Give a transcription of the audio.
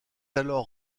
alors